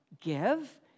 give